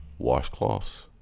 washcloths